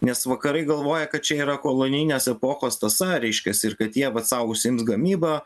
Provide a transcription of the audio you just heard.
nes vakarai galvoja kad čia yra kolonijinės epochos tąsa reiškiasi ir kad jie vat sau užsiims gamyba